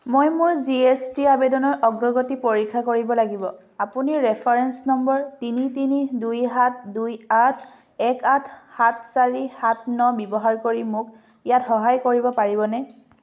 মই মোৰ G S T আবেদনৰ অগ্ৰগতি পৰীক্ষা কৰিব লাগিব আপুনি ৰেফাৰেন্স নম্বৰ তিনি তিনি দুই সাত দুই আঠ এক আঠ সাত চাৰি সাত ন ব্যৱহাৰ কৰি মোক ইয়াত সহায় কৰিব পাৰিবনে